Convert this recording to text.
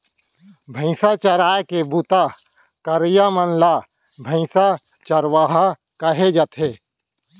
भईंसा चराए के बूता करइया मन ल भईंसा चरवार कहे जाथे